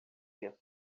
isso